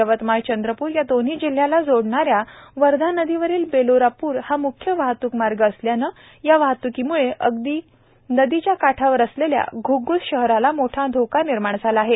यवतमाळ चंद्रप्र या दोन्ही जिल्ह्याला जोळणाऱ्या वर्धा नदीवरील बेलोरा पूल हा मुख्य वाहतूक मार्ग असल्याने या वाहतुकीमुळे अगदी नदीच्या काठावर आलेल्या घुग्घूस शहराला मोठा धोका निर्माण झाला आहेत